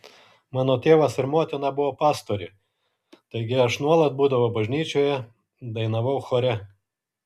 mano tėvas ir motina buvo pastoriai taigi aš nuolat būdavau bažnyčioje dainavau chore